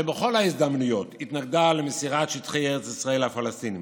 שבכל ההזדמנויות התנגדה למסירת שטחי ארץ ישראל לפלסטינים.